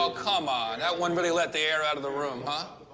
ah come on, that one really let the air out of the room, huh?